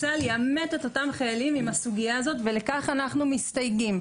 צה"ל יעמת את אותם חיילים עם הסוגייה הזאת ולכך אנחנו מסתייגים.